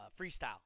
freestyle